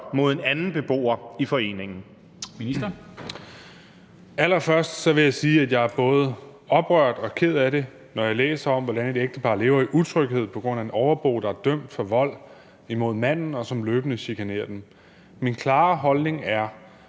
(Kaare Dybvad Bek): Allerførst vil jeg sige, at jeg bliver både oprørt og ked af det, når jeg læser om, hvordan et ægtepar lever i utryghed på grund af en overbo, der er dømt for vold imod manden, og som løbende chikanerer dem. Min klare holdning er,